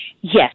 Yes